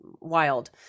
wild